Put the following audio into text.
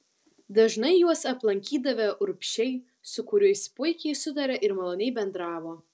dažnai juos aplankydavę urbšiai su kuriais puikiai sutarė ir maloniai bendravo